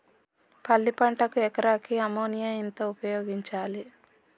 పల్లి పంటకు ఎకరాకు అమోనియా ఎంత ఉపయోగించాలి?